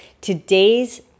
Today's